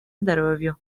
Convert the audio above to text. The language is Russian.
здоровью